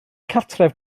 cartref